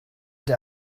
der